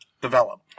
develop